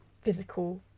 physical